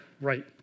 right